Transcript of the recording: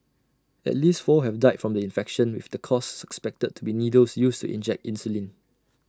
at least four have died from the infection with the cause suspected to be needles used to inject insulin